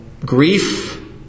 grief